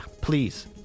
please